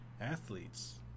athletes